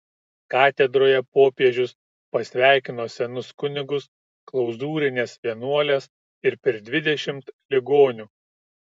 katedroje popiežius pasveikino senus kunigus klauzūrines vienuoles ir per dvidešimt ligonių